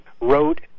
wrote